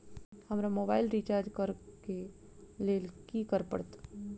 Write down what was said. हमरा mobile recharge करऽ केँ लेल की करऽ पड़त?